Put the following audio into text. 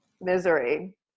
misery